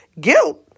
Guilt